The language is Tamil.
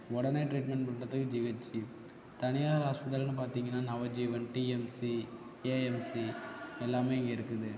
உடனே டிரீட்மெண்ட் கொடுக்கறதுக்கு ஜிஹெச்சு தனியார் ஹாஸ்பிட்டல்னு பார்த்தீங்கன்னா நவ ஜீவன் டிஎம்சி ஏஎம்சி எல்லாமே இங்கே இருக்குது